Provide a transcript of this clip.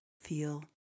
feel